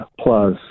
plus